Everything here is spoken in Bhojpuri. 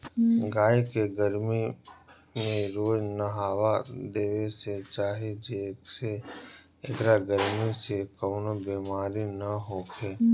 गाई के गरमी में रोज नहावा देवे के चाही जेसे एकरा गरमी से कवनो बेमारी ना होखे